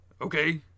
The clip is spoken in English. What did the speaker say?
okay